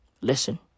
listen